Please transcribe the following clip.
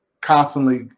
constantly